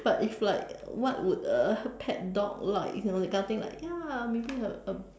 but if like what would a pet dog like you know that kind of thing like ya maybe a a